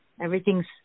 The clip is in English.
everything's